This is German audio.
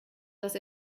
dass